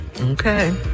Okay